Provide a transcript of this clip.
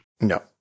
No